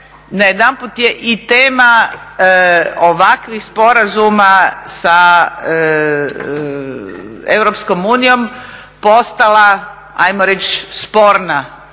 najedanput je i tema ovakvih sporazuma sa Europskom unijom postala ajmo reći sporna